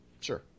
Sure